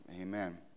Amen